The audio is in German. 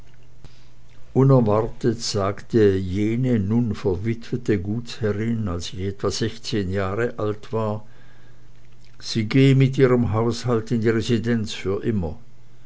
unerwartet sagte nun jene nun verwitwete gutsherrin als ich etwa sechszehn jahre alt war sie gehe mit ihrem haushalt in die residenz für immer